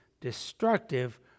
destructive